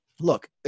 Look